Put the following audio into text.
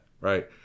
right